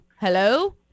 Hello